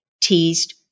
teased